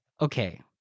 okay